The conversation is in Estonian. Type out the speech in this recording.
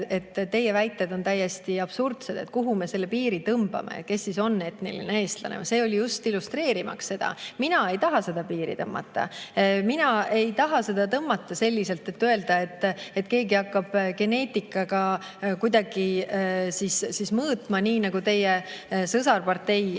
et teie väited on täiesti absurdsed, et kuhu me selle piiri tõmbame, kes siis on etniline eestlane. See oli just illustreerimaks seda. Mina ei taha seda piiri tõmmata. Mina ei taha seda tõmmata ja öelda, et las keegi hakkab geneetikaga kuidagi mõõtma, nii nagu teie sõsarpartei